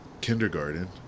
kindergarten